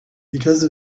because